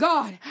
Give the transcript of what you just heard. God